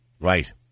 Right